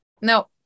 No